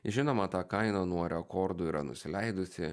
žinoma ta kaina nuo rekordų yra nusileidusi